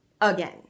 again